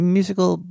Musical